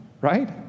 right